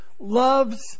loves